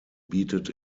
bietet